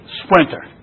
sprinter